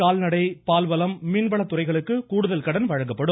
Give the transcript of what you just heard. கால்நடை பால்வளம் மீன்வளத்துறைகளுக்கு கூடுதல் கடன் வழங்கப்படும்